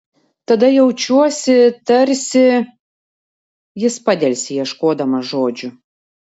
tada jaučiuosi tarsi jis padelsė ieškodamas žodžių